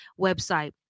website